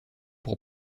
pour